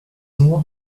nur